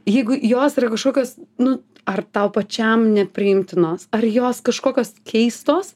jeigu jos yra kažkokios nu ar tau pačiam nepriimtinos ar jos kažkokios keistos